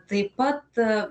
taip pat